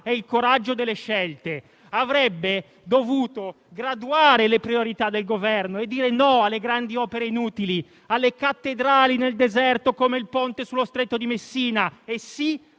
e il coraggio delle scelte; avrebbe dovuto graduare le priorità del Governo e dire di no alle grandi opere inutili, alle cattedrali nel deserto come il ponte sullo Stretto di Messina; sì